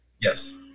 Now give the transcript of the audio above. Yes